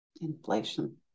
Inflation